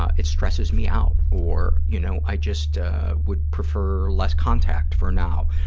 ah it stresses me out or, you know, i just would prefer less contact for now.